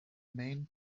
main